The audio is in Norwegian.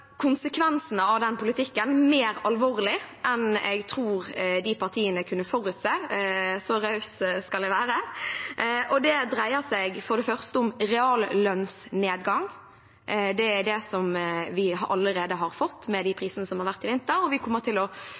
mer alvorlige enn jeg tror de partiene kunne ha forutsett. Så raus skal jeg være. Og det dreier seg for det første om reallønnsnedgang. Det har vi, med de prisene som har vært i vinter, allerede fått. Den reallønnsnedgangen kommer til å